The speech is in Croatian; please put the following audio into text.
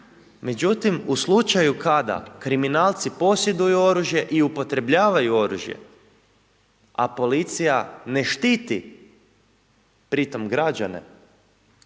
Međutim u slučaju kada kriminalci posjeduju oružje i upotrebljavaju oružje, a policija ne štiti pri tome građane,